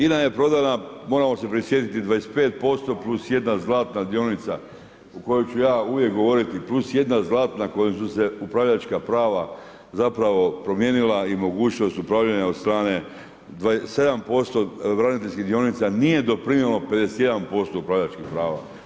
INA je prodana moramo se prisjetiti 25% plus jedna zlatna dionica, u kojoj ću ja uvijek ja govoriti, plus jedna zlatna na kojoj su se upravljačka prava zapravo promijenila i mogućnost upravljanja od strane 27% braniteljskih dionica, nije doprinijelo 51% upravljačkih prava.